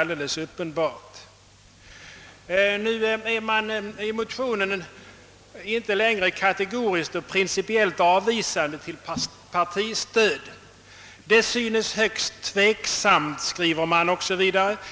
I motionen ställer man sig nu inte längre kategoriskt och principiellt avvisande till partistödet. »Det synes högst tveksamt», skriver man,